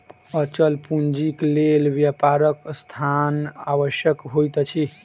अचल पूंजीक लेल व्यापारक स्थान आवश्यक होइत अछि